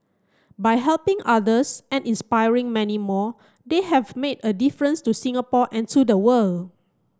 by helping others and inspiring many more they have made a difference to Singapore and to the world